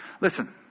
Listen